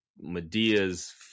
Medea's